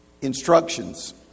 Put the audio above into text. instructions